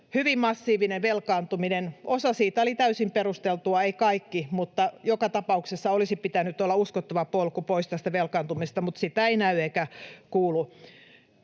hyvin massiivinen velkaantuminen. Osa siitä oli täysin perusteltua, ei kaikki, mutta joka tapauksessa olisi pitänyt olla uskottava polku pois tästä velkaantumisesta, mutta sitä ei näy eikä kuulu.